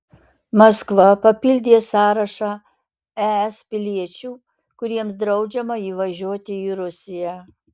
maskva papildė sąrašą es piliečių kuriems draudžiama įvažiuoti į rusiją